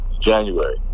January